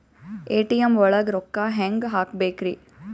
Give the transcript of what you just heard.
ATM ಒಳಗ್ ರೊಕ್ಕ ಹೆಂಗ್ ಹ್ಹಾಕ್ಬೇಕ್ರಿ?